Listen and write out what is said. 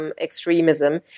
extremism